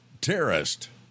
terrorist